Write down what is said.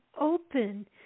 open